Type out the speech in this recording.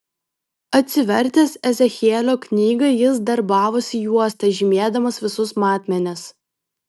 atsivertęs ezechielio knygą jis darbavosi juosta žymėdamas visus matmenis